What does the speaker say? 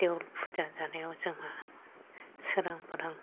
देवोल फुजा जानायाव जोंहा सोरां बारां